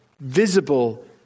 visible